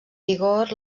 vigor